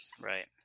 right